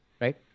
Right